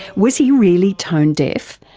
was he really tone deaf,